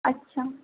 আচ্ছা